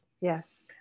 Yes